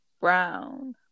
brown